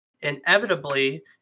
inevitably